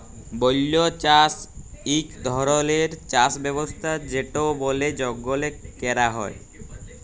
বল্য চাষ ইক ধরলের চাষ ব্যবস্থা যেট বলে জঙ্গলে ক্যরা হ্যয়